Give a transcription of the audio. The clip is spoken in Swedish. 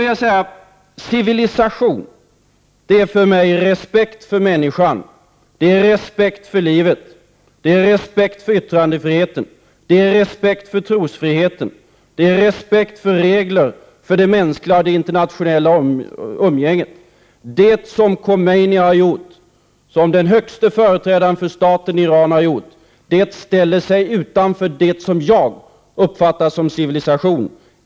Civilisation är för mig respekt för människan, respekt för livet, respekt för yttrandefriheten, respekt för trosfriheten och respekt för regler för det mänskliga och internationella umgänget. Det som Khomeini, som den högste företrädaren för staten Iran, har gjort går utanför det som jag uppfattar som civilisation.